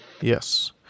Yes